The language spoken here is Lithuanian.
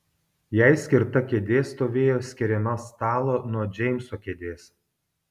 jai skirta kėdė stovėjo skiriama stalo nuo džeimso kėdės